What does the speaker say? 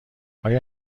آیا